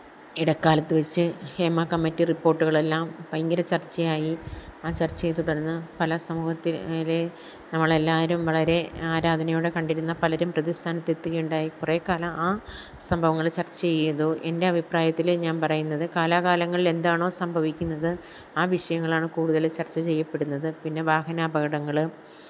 ഇടക്കാലത്ത് വെച്ച് ഹേമാ കമ്മിറ്റി റിപ്പോര്ട്ടുകളെല്ലാം ഭയങ്കര ചര്ച്ചയായി ആ ചര്ച്ചയെത്തുടര്ന്ന് പല സമൂഹത്തിലെ നമ്മളെല്ലാവരും വളരെ ആരാധനയോടെ കണ്ടിരുന്ന പലരും പ്രതിസ്ഥാനത്തെത്തുകയുണ്ടായി കുറേക്കാലം ആ സംഭവങ്ങൾ ചര്ച്ച ചെയ്തു എന്റെ അഭിപ്രായത്തിൽ ഞാന് പറയുന്നത് കാലാകാലങ്ങളിലെന്താണോ സംഭവിക്കുന്നത് ആ വിഷയങ്ങളാണ് കൂടുതൽ ചര്ച്ച ചെയ്യപ്പെടുന്നത് പിന്നെ വാഹനാപകടങ്ങൾ